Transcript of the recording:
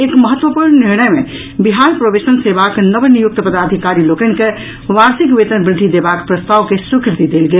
एक महत्वपूर्ण निर्णय में बिहार प्रोवेशन सेवाक नवनियुक्त पदाधिकारी लोकनि के वार्षिक वेतन वृद्धि देबाक प्रस्ताव के स्वीकृति देल गेल